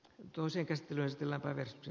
toisen käsittelyn läpäisty